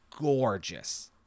gorgeous